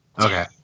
Okay